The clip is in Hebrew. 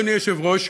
אדוני היושב-ראש,